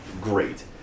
Great